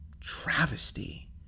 travesty